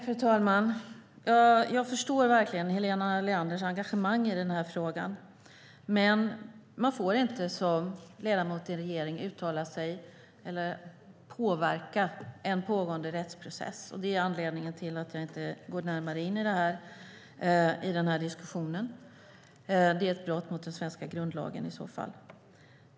Fru talman! Jag förstår verkligen Helena Leanders engagemang i frågan. Men man får inte som ledamot i en regering uttala sig om eller påverka en pågående rättsprocess. Det är anledningen till att jag inte går närmare in i den diskussionen. Det vore i så fall ett brott mot den svenska grundlagen.